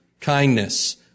kindness